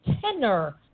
tenor